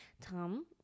Tom